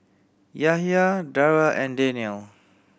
Yahya Dara and Daniel